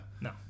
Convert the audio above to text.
no